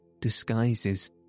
disguises